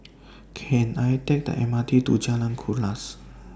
Can I Take The M R T to Jalan Kuras